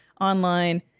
online